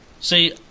See